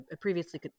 previously